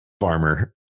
farmer